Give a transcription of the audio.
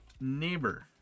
neighbor